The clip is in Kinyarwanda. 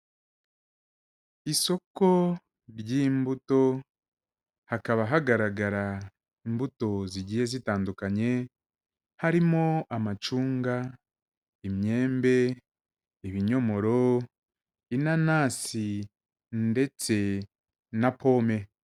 Isoko ry'imbuto, hakaba hagaragara imbuto zigiye zitandukanye, harimo amacunga, imyembe, ibinyomoro, inanasi, ndetse na pome.